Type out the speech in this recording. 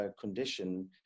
condition